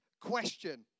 question